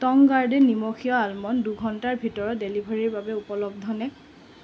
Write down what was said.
Tong Garden নিমখীয়া almond দুঘণ্টাৰ ভিতৰত ডেলিভাৰীৰ বাবে উপলব্ধ নে